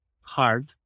hard